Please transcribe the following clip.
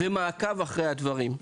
ומעקב אחרי הדברים.